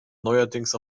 neuerdings